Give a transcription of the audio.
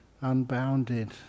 unbounded